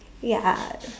ya